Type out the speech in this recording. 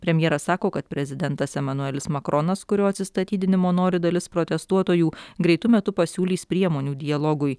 premjeras sako kad prezidentas emanuelis makronas kurio atsistatydinimo nori dalis protestuotojų greitu metu pasiūlys priemonių dialogui